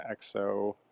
exo